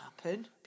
happen